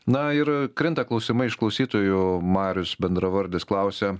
na ir krinta klausimai iš klausytojų marius bendravardis klausia